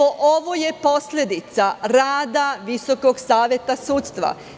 Ovo je posledica rada Visokog saveta sudstva.